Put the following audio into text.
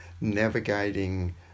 navigating